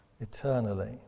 eternally